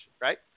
right